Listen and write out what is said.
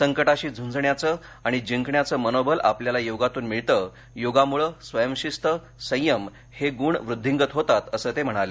संकटाशी झूंजण्याचं आणि जिंकण्याच मनोबल आपल्याला योगातून मिळतं योगामुळा स्वयंशिस्त संयम हे गुण वृद्धींगत होतात अस ते म्हणाले